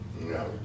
No